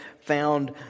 found